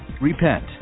Repent